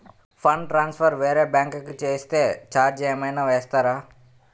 Fund transfer వేరే bank కి చేస్తే ఛార్జ్ ఏమైనా వేస్తారా?